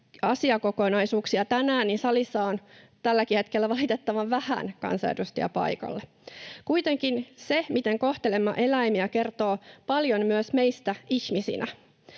asiakokonaisuuksia tänään, salissa on tälläkin hetkellä valitettavan vähän kansanedustajia paikalla. Kuitenkin se, miten kohtelemme eläimiä, kertoo paljon myös meistä ihmisinä.